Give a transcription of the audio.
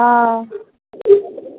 हँ